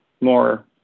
more